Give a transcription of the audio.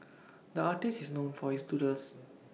the artist is known for his doodles